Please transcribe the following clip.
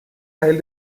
teil